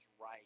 right